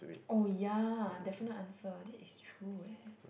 oh ya definite answer that is true eh